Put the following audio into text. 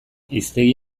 hiztegi